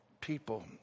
people